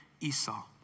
Esau